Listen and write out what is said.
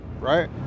right